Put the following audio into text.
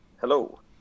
Hello